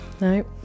no